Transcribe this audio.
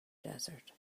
desert